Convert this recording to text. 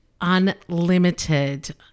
unlimited